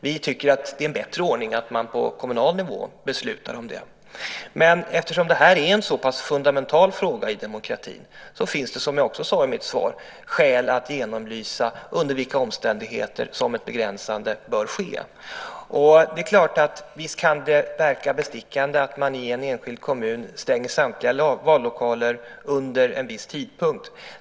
Vi tycker att det är en bättre ordning att man beslutar om det på kommunal nivå. Men eftersom det här är en så pass fundamental fråga i demokratin finns det, som jag också sade i mitt svar, skäl att genomlysa under vilka omständigheter som ett begränsande bör ske. Visst kan det verka bestickande att man i en enskild kommun stänger samtliga vallokaler under en viss tid.